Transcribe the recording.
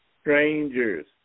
strangers